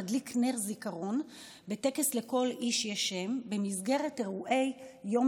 תדליק נר זיכרון בטקס לכל איש יש שם במסגרת אירועי יום